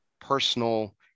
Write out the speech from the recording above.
personal